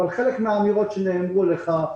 אבל חלק מהאמירות שנאמרו לך,